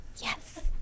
Yes